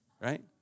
Right